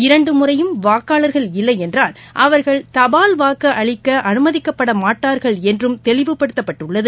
இரண்டுமுறையும் வாக்காளர்கள் இல்லையென்றால் அவர்கள் தபால் வாக்குஅளிக்கஅனுமதிக்கமாட்டார்கள் என்றும் தெளிவுப்படுத்தப்பட்டுள்ளது